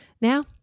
Now